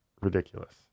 ridiculous